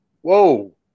whoa